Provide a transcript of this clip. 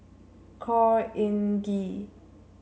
Khor Ean Ghee